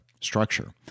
structure